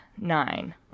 nine